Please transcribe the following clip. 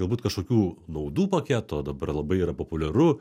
galbūt kažkokių naudų paketo dabar labai yra populiaru